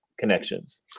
Connections